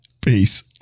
Peace